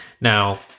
Now